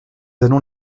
allons